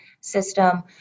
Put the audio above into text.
system